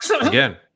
Again